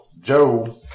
Joe